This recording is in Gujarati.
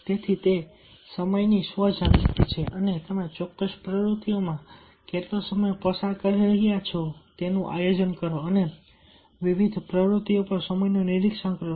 તેથી તે સમયની સ્વ જાગૃતિ છે અને તમે ચોક્કસ પ્રવૃત્તિઓમાં કેટલો સમય પસાર કરી શકો છો તેનું આયોજન કરો અને વિવિધ પ્રવૃત્તિઓ પર સમયનું નિરીક્ષણ કરો